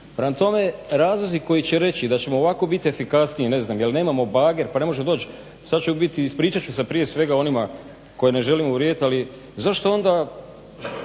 Prema tome, razlozi koji će reći da ćemo ovako bit efikasniji ne znam jer nemamo bager pa ne možemo doć'. Sad ću u biti, ispričat ću se prije svega onima koje ne želim uvrijediti ali zašto onda